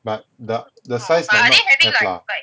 but the the size might not have lah